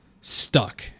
stuck